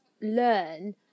learn